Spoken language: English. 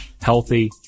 healthy